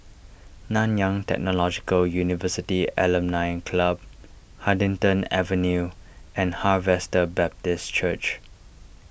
Nanyang Technological University Alumni Club Huddington Avenue and Harvester Baptist Church